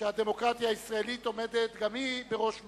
שהדמוקרטיה הישראלית עומדת גם היא בראש מעייניה,